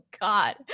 god